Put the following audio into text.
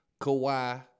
Kawhi